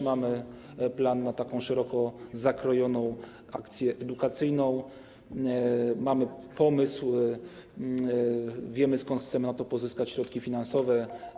Mamy plan na taką szeroko zakrojoną akcję edukacyjną, mamy pomysł, wiemy, skąd chcemy na to pozyskać środki finansowe.